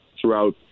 throughout